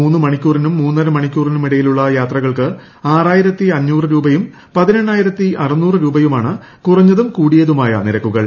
മൂന്ന് മണിക്കൂറിനും മൂന്നര മണിക്കൂറിനും ഇടയിലുള്ള യാത്രകൾക്ക് ആറായിരത്തി അഞ്ഞൂറ് രൂപയും പതിനെണ്ണായിരത്തി അറുന്നൂറ് രൂപയുമാണ് കുറഞ്ഞതും കൂടിയതുമായ നിരക്കുകൾ